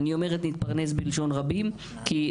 אני אומרת נתפרנס בלשון רבים כי,